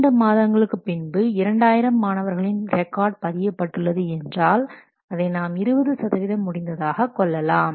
இரண்டு மாதங்களுக்கு பின்பு 2000 மாணவர்களின் ரெக்கார்ட் பதியபட்டுள்ளது என்றால் அதை நாம் 20 சதவீதம் முடிந்ததாக கொள்ளலாம்